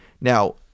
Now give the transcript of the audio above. Now